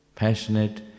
Passionate